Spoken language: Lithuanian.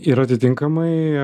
ir atitinkamai